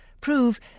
prove